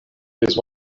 kies